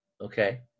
Okay